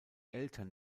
eltern